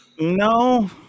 No